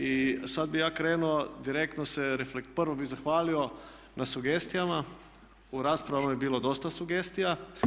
I sada bih ja krenuo direktno se, prvo bih zahvalio na sugestijama, u rasprama je bilo dosta sugestija.